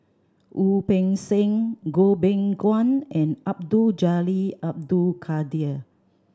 Wu Peng Seng Goh Beng Kwan and Abdul Jalil Abdul Kadir